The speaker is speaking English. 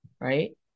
right